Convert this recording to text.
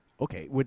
Okay